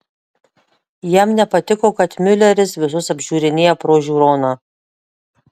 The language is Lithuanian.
jam nepatiko kad miuleris visus apžiūrinėja pro žiūroną